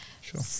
Sure